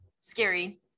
scary